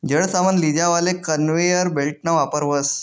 जड सामान लीजावाले कन्वेयर बेल्टना वापर व्हस